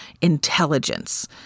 intelligence